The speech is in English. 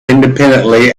independently